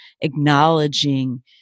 acknowledging